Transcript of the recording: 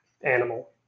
animal